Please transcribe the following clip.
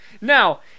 Now